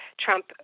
Trump